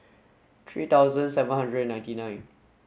three thousand seven hundred ninety nine